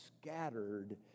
scattered